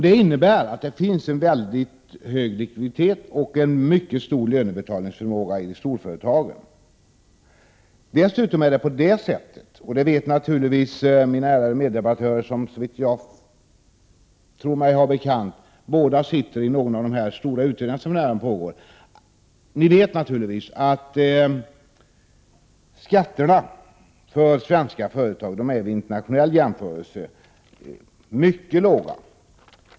Detta innebär att det finns en väldigt hög likviditet och en mycket stor lönebetalningsförmåga i storföretagen. Dessutom är det så — och det vet naturligtvis mina ärade meddebattörer, som såvitt jag har mig bekant båda sitter i någon av de stora utredningar på området som för närvarande pågår — att skatterna för svenska företag vid internationell jämförelse är mycket låga.